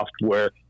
software